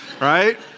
right